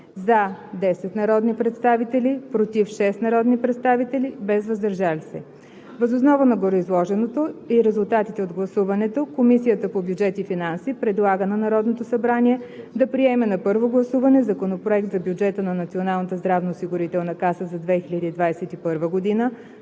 „за“ 10 народни представители, „против“ 6 народни представители, „въздържал се“ няма. Въз основа на гореизложеното и резултатите от гласуването Комисията по бюджет и финанси предлага на Народното събрание да приеме на първо гласуване Законопроект за бюджета на Националната